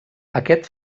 aquest